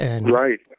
Right